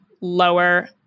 lower